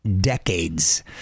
decades